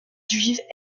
juive